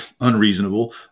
unreasonable